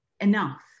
enough